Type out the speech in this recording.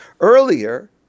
earlier